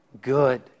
good